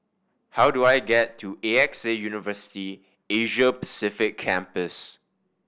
how do I get to A X A University Asia Pacific Campus